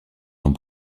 dans